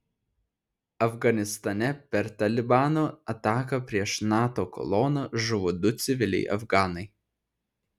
afganistane per talibano ataką prieš nato koloną žuvo du civiliai afganai